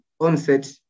onset